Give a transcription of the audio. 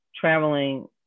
traveling